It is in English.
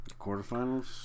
Quarterfinals